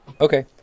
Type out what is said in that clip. Okay